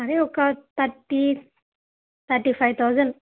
అది ఒక thirty thirty five thousand